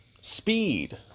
Speed